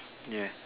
yeah